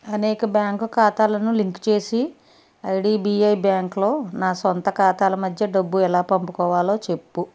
అనేక బ్యాంకు ఖాతాలను లింకు చేసి ఐడిబిఐ బ్యాంక్లో నా స్వంత ఖాతాల మధ్య డబ్బు ఎలా పంపుకోవాలో చెప్పుము